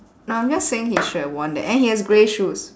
no I'm just saying he should have worn that and he has grey shoes